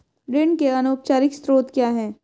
ऋण के अनौपचारिक स्रोत क्या हैं?